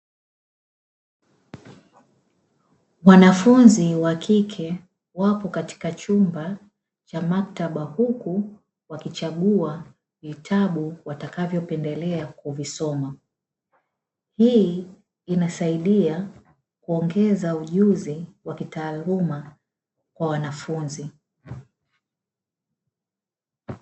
Wanafunzi wakike wapo Katika maktaba ya vitabu, huku wakichagua vitabu wanavyopenda kuvisoma. Hii inasaidia kuongeza ujuzi kwa wanafunzi.